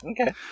Okay